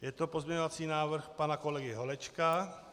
Je to pozměňovací návrh pana kolegy Holečka.